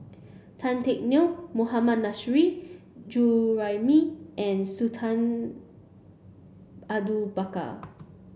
Tan Teck Neo Mohammad Nurrasyid Juraimi and Sultan Abu Bakar